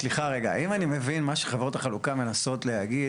מה שחברות החלוקה מנסות להגיד,